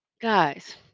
Guys